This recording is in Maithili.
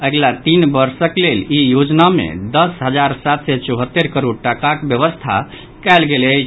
अगिला तीन वर्षक लेल ई योजना मे दस हजार सात सय चौहत्तरि करोड़ टाकाक व्यवस्था कयल गेल अछि